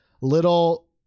little